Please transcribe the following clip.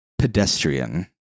pedestrian